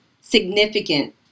significant